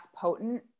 potent